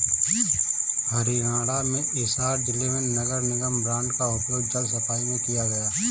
हरियाणा में हिसार जिले में नगर निगम बॉन्ड का उपयोग जल सफाई में किया गया